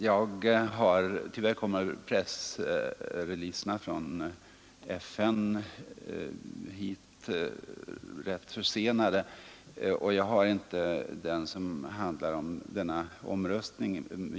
Herr talman! Tyvärr kommer pressreleaserna från FN hit rätt försenade, och jag har inte fått den som handlar om denna omröstning.